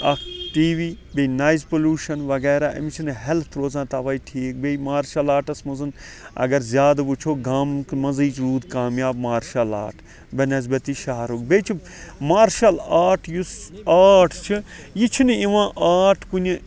اکھ T V بیٚیہِ noise pollution وَغیرہ أمِس چھ نہٕ ہیٚلتھ روزان تَوَے ٹھیٖک بیٚیہِ مارشَل آرٹَس مَنٛز اگر زیادٕ وٕچھو گامن مَنٛزٕے روٗد کامیاب مارشَل آرٹ بَنسبتہِ شَہرُک بیٚیہِ چھُ مارشَل آرٹ یُس آرٹ چھُ یہِ چھُ نہٕ یِوان آرٹ کُنہِ